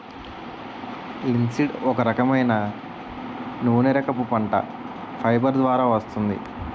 linseed ఒక రకమైన నూనెరకపు పంట, ఫైబర్ ద్వారా వస్తుంది